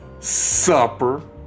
supper